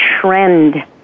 trend